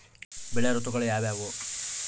ಬೆಳೆ ಋತುಗಳು ಯಾವ್ಯಾವು?